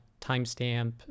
timestamp